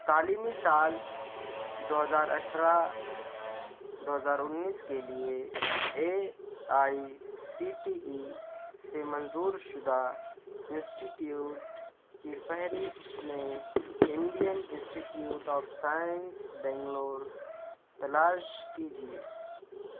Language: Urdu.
تعلیمی سال دو ہزار اٹھارہ دو ہزار انیس کے لیے A I C T E سے منظور شدہ انسٹیٹیوٹ کی فہرست میں Indian Institute of Science Bangalore تلاش کیجیے